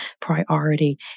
priority